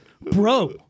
bro